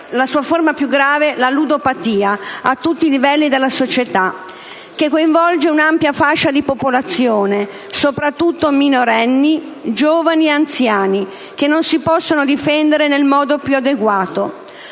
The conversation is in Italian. la sua forma più grave, la ludopatia, a tutti i livelli della società, che coinvolge una ampia fascia di popolazione, soprattutto minorenni, giovani e anziani che non si possono difendere nel modo più adeguato.